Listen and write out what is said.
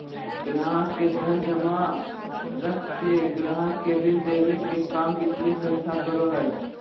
गाहक़ के धन जमा रख के गाहक़ के ऋण देबे के काम वित्तीय संस्थान करो हय